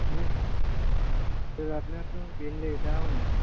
सोलाबनायाथ' बेनोलै दा हनै